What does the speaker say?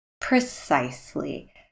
Precisely